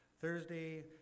Thursday